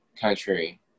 country